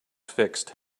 fixed